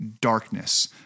darkness